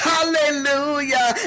Hallelujah